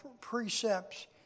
precepts